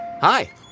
Hi